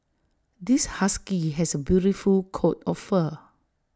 this husky has A beautiful coat of fur